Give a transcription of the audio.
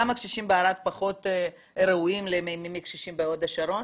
למה, קשישים בערד פחות ראויים מקשישים בהוד השרון?